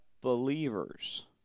believers